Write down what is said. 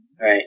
Right